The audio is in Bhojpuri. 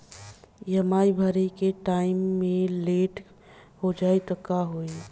ई.एम.आई भरे के टाइम मे लेट हो जायी त का होई?